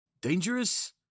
Dangerous